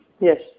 Yes